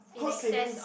cost savings